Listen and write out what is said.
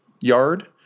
yard